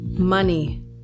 money